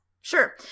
Sure